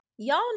Y'all